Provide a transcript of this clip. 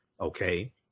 okay